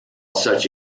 such